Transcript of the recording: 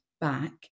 back